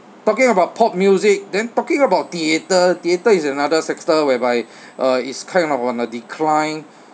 talking about pop music then talking about theatre theatre is another sector whereby uh it's kind of on a decline